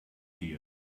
here